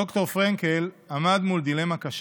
ד"ר פרנקל עמד מול דילמה קשה: